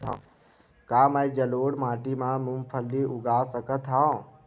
का मैं जलोढ़ माटी म मूंगफली उगा सकत हंव?